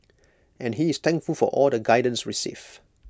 and he is thankful for all the guidance received